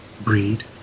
breed